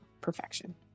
perfection